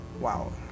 Wow